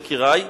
יקירי,